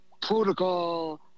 protocol